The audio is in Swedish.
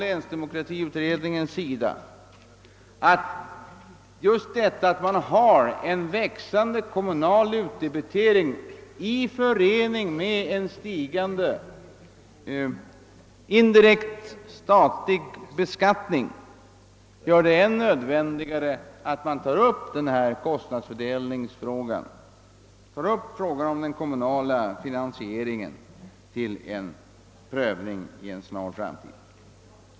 Länsdemokratiutredningen anförde också att en växande kommunal utdebitering i förening med en indirekt statlig beskattning gör det än nödvändigare att inom en snar framtid ta upp kostnadsfördelningsfrågan och den kommunala finansieringen till Prövning.